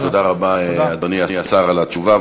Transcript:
תודה רבה, אדוני השר, על התשובה.